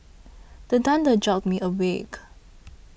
the thunder jolt me awake